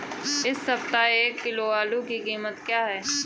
इस सप्ताह एक किलो आलू की कीमत क्या है?